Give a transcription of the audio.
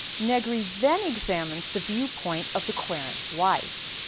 negri then examines the viewpoint of the querent's wife.